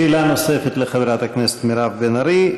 שאלה נוספת לחברת הכנסת מירב בן ארי.